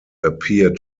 appear